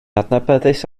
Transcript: adnabyddus